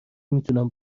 میتونم